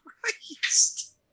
Christ